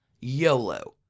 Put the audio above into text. YOLO